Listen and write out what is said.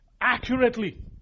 Accurately